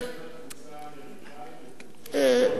של חינוך בתפוצה האמריקנית ודרום-אמריקה,